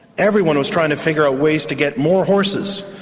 everyone was trying to figure out ways to get more horses,